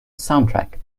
soundtrack